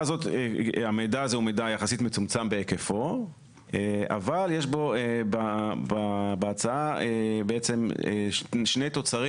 המידע הזה הוא מידע יחסית מצומצם בהיקפו אבל יש בהצעה שני תוצרים